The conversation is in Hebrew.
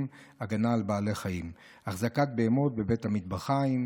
(הגנה על בעלי חיים) (החזקת בהמות בבית המטבחיים),